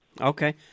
Okay